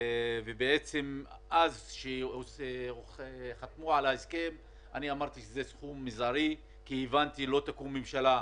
בעצם כאשר חתמו על ההסכם אמרתי שזה סכום מזערי כי הבנתי: לא תקום ממשלה,